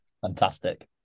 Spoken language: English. Fantastic